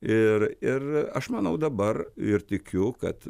ir ir aš manau dabar ir tikiu kad